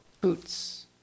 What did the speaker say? boots